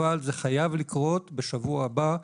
אבל זה חייב לקרות בשבוע הבא,